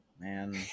man